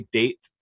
date